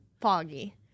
foggy